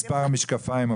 הפרסום.